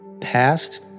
past